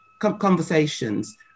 conversations